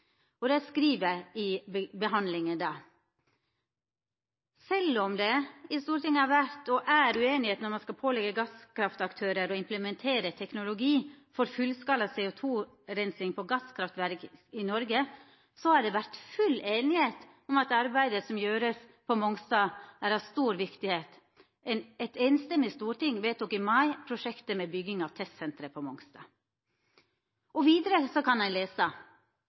i innstillinga der: «Selv om det i Stortinget har vært og er uenighet om når man skal pålegge gasskraftaktører å implementere teknologi for fullskala CO2-rensing på gasskraftverk i Norge, så har det vært full enighet om at arbeidet som gjøres på Mongstad er av stor viktighet. Et enstemmig storting vedtok i mai 2009 prosjektet med bygging av Testsenteret på Mongstad.»